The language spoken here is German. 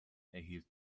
erhielt